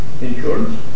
insurance